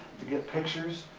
to get pictures.